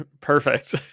Perfect